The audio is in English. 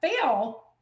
fail